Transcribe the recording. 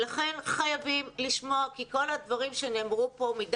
לכן חייבים לשמוע כי כל הדברים שנאמרו כאן נאמרו